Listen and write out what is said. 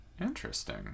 interesting